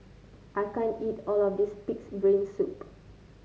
I can't eat all of this pig's brain soup